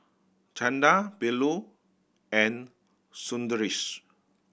Chanda Bellur and Sundaresh